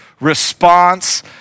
response